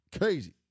crazy